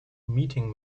meeting